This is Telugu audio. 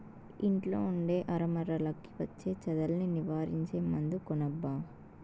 ఇంట్లో ఉండే అరమరలకి వచ్చే చెదల్ని నివారించే మందు కొనబ్బా